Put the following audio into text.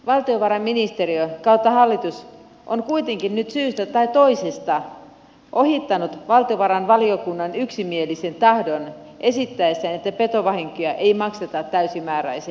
valtiovarainministeriö kautta hallitus on kuitenkin nyt syystä tai toisesta ohittanut valtiovarainvaliokunnan yksimielisen tahdon esittäessään että petovahinkoja ei makseta täysimääräisesti